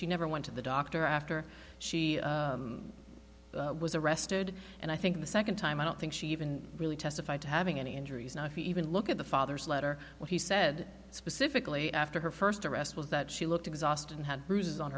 she never went to the doctor after she was arrested and i think the second time i don't think she even really testified to having any injuries now if you even look at the father's letter what he said specifically after her first arrest was that she looked exhausted and had bruises on